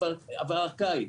מגיע החורף.